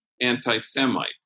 anti-Semite